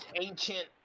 ancient